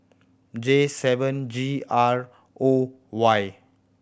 J seven G R O Y